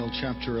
chapter